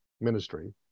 ministry